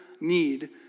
need